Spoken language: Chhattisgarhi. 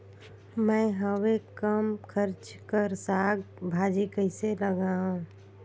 मैं हवे कम खर्च कर साग भाजी कइसे लगाव?